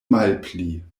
malpli